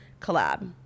Collab